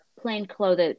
plain-clothed